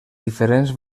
diferents